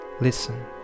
Listen